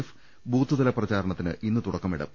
F ബൂത്തുതല പ്രചാരണത്തിന് ഇന്ന് തുടക്കമിടും